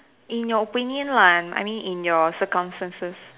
in your opinion lah I mean in your circumstances